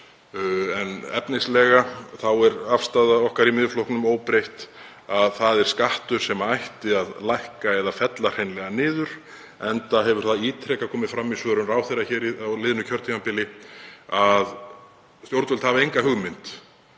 En efnislega er afstaða okkar í Miðflokknum óbreytt, það er skattur sem ætti að lækka eða fella hreinlega niður, enda hefur það ítrekað komið fram í svörum ráðherra hér á liðnu kjörtímabili að stjórnvöld hafa enga hugmynd